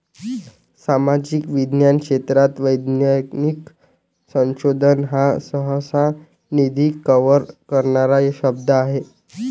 सामाजिक विज्ञान क्षेत्रात वैज्ञानिक संशोधन हा सहसा, निधी कव्हर करणारा शब्द आहे